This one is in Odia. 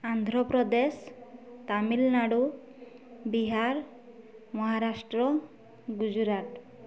ଆନ୍ଧ୍ରପ୍ରଦେଶ ତାମିଲନାଡ଼ୁ ବିହାର ମହାରାଷ୍ଟ୍ର ଗୁଜୁରାଟ